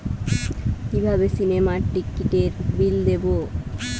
কিভাবে সিনেমার টিকিটের বিল দেবো?